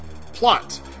plot